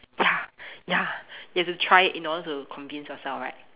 ya ya you have to try it in order to convince yourself right